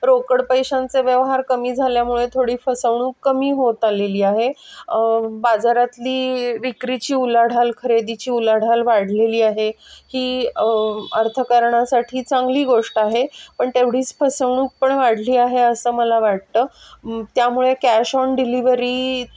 रोकड पैशांचं व्यवहार कमी झाल्यामुळे थोडी फसवणूक कमी होत आलेली आहे बाजारातली विक्रीची उलाढाल खरेदीची उलाढाल वाढलेली आहे ही अर्थ कारणासाठी चांगली गोष्ट आहे पण तेवढीच फसवणूक पण वाढली आहे असं मला वाटतं त्यामुळे कॅश ऑन डिलिव्हरी